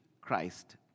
Christ